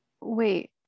wait